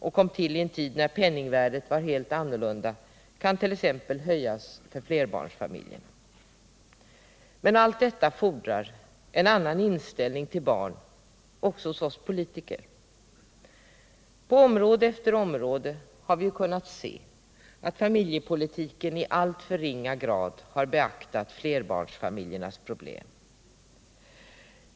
och kom till i en tid när penningvärdet var helt annorlunda, kan t.ex. höjas för flerbarnsfamiljer. Men allt detta fordrar en annan inställning till barn också hos oss politiker. På område efter område har vi kunnat se att familjepolitiken i alltför ringa grad har beaktat flerbarnsfamiljernas problem.